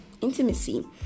intimacy